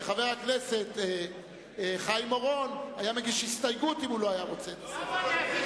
שחבר הכנסת חיים אורון היה מגיש הסתייגות אם הוא לא היה רוצה את הסעיף.